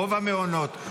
רוב המעונות,